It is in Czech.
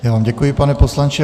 Já vám děkuji, pane poslanče.